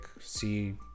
see